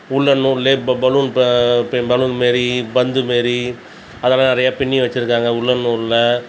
woollen நூல்ல ப balloon இப்போ ப பலுன்மாரி பந்து மாரி அதெலாம் நிறையா பின்னி வச்சிருக்காங்க உல்ளன் நூலில்